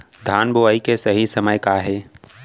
धान बोआई के सही समय का हे?